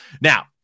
Now